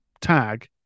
tag